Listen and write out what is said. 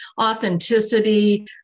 authenticity